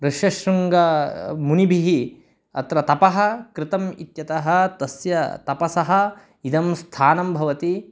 ऋष्यशृङ्गमुनिभिः अत्र तपः कृतम् इत्यतः तस्य तपसः इदं स्थानं भवति